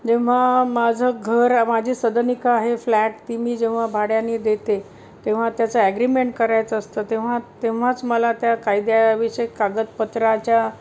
जेव्हा माझं घर माझी सदनिका आहे फ्लॅट ती मी जेव्हा भाड्याने देते तेव्हा त्याचं ॲग्रीमेंट करायचं असतं तेव्हा तेव्हाच मला त्या कायद्याविषयी कागदपत्राच्या